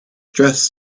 dress